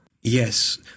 Yes